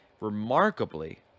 remarkably